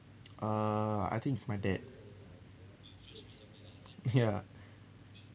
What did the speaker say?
uh I think is my dad ya